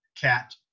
cat